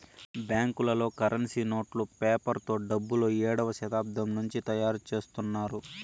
బ్యాంకులలో కరెన్సీ నోట్లు పేపర్ తో డబ్బులు ఏడవ శతాబ్దం నుండి తయారుచేత్తున్నారు